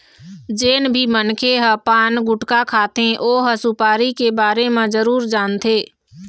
जेन भी मनखे ह पान, गुटका खाथे ओ ह सुपारी के बारे म जरूर जानथे